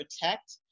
protect